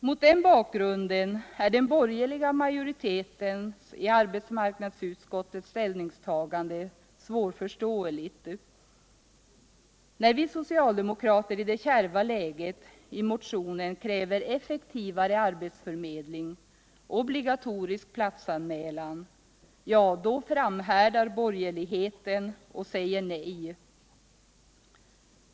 Mot den bakgrunden är ställningstagandet av den borgerliga majoriteten i arbetsmarknadsutskottet svårförståeligt. När vi socialdemokrater i detta kärva läge motionsvis kräver effektivare platsförmedling, obligatorisk platsanmälan —ja, då framhärdar borgerligheten och säger nej.